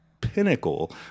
pinnacle